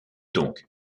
donc